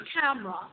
camera